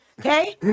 Okay